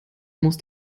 muss